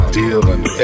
dealing